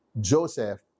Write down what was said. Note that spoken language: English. Joseph